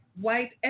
white